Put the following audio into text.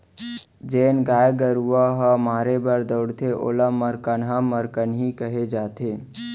जेन गाय गरूवा ह मारे बर दउड़थे ओला मरकनहा मरकनही कहे जाथे